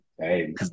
hey